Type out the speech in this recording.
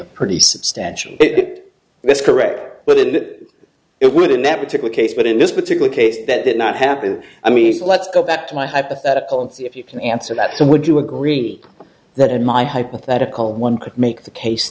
be pretty substantial it this correct but in that it would in that particular case but in this particular case that did not happen i mean let's go back to my hypothetical and see if you can answer that some would you agree that in my hypothetical one could make the case